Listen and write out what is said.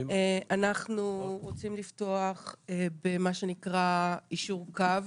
אנחנו רוצים לפתוח במה שנקרא יישור קו